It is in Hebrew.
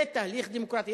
זה תהליך דמוקרטי.